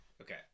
Okay